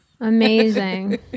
amazing